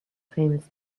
famous